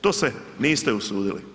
To se niste usudili.